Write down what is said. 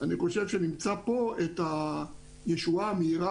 אני חושב שנמצא פה את הישועה המהירה